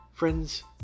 Friends